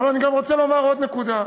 אבל אני גם רוצה לומר עוד נקודה.